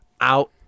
out